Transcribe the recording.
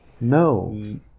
No